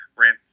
ran